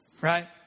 right